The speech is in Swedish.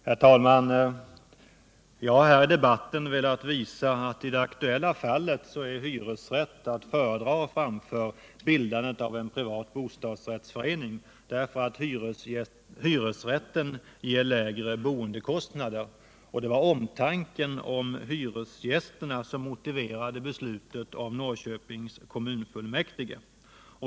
Herr talman! Jag har här i debatten redovisat att i det aktuella fallet hyresrätt är att föredra framför bildandet av en privat bostadsrättsförening, därför att hyresrätten ger lägre boendekostnader. Det var omtanken om hyresgästerna som motiverade beslutet av Norrköpings kommunfullmäktige.